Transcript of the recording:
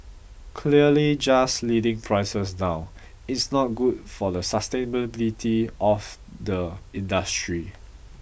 clearly just leading prices down it's not good for the sustainability of the industry